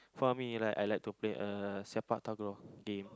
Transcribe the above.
for me you like I like to play uh Sepak-Takraw game